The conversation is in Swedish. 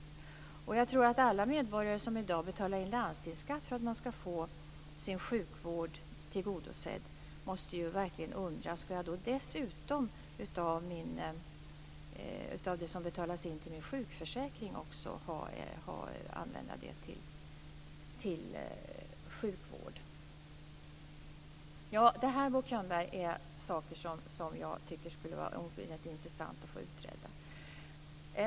Och jag tror att alla medborgare som i dag betalar in landstingsskatt för att de skall få sin sjukvård tillgodosedd verkligen måste undra om de dessutom av det som betalas in till deras sjukförsäkring skall använda det till sjukvård. Detta, Bo Könberg, är saker som jag tycker skulle vara oerhört intressant att få utredda.